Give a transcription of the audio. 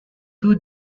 two